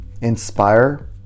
inspire